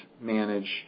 manage